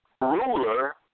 ruler